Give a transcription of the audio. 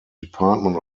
department